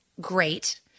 great